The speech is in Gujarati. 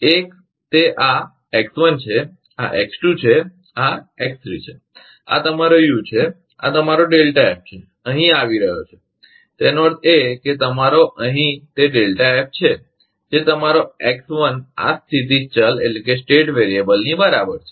એક તે આ x1 છે આ x2 છે આ x3 છે આ તમારો યુ છે અને આ તમારો F છે અહીં આવી રહ્યો છે તેનો અર્થ એ કે તમારો અહીં તે F છે જે તમારો x1 આ સ્થિતી ચલસ્ટેટ વેરીયબલની બરાબર છે